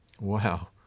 Wow